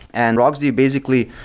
and rockdb basically,